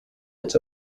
its